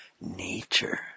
nature